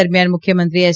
દરમિયાન મુખ્યમંત્રી એચ